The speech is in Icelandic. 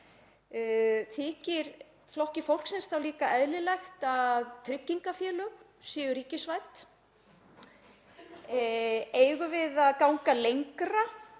Þykir Flokki fólksins þá líka eðlilegt að tryggingafélög séu ríkisvædd? Eigum við að ganga lengra